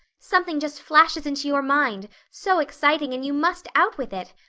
something just flashes into your mind, so exciting, and you must out with it.